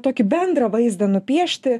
tokį bendrą vaizdą nupiešti